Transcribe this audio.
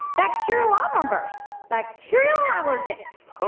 bacterialalmanburst. bacterial allergist. so